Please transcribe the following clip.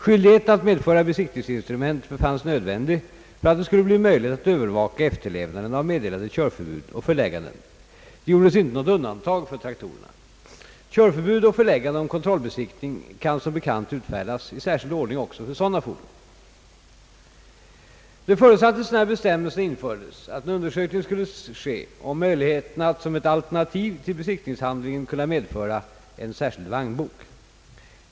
Skyldigheten att medföra besiktningsinstrument befanns nödvändig för att det skulle bli möjligt att övervaka efterlevnaden av meddelade körförbud och förelägganden. Det gjordes inte något undantag för traktorerna. Körförbud och föreläggande om kontrollbesiktning kan som bekant utfärdas i särskild ordning också för sådana fordon. Det förutsattes när bestämmelserna infördes, att en undersökning skulle ske om möjligheterna att som ett alternativ till besiktningshandlingen kunna medföra en särskild vagnbok.